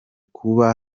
kuba